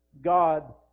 God